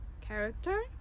character